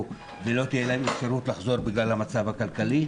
ולא תהיה להם אפשרות לחזור בגלל המצב הכלכלי,